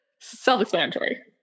self-explanatory